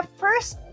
first